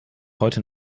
heute